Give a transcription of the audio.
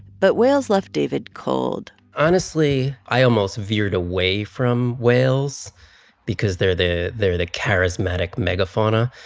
but whales left david cold honestly, i almost veered away from whales because they're the they're the charismatic megafauna.